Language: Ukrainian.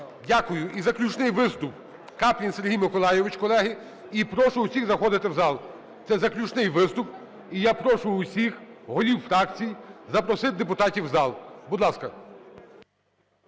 Дякую. І заключний виступ – Каплін Сергій Миколайович, колеги. І прошу усіх заходити в зал, це заключний виступ, і я прошу усіх голів фракцій запросити депутатів в зал. Будь ласка.